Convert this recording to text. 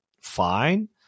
fine